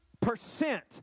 percent